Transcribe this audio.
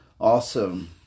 Awesome